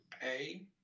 pay